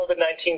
COVID-19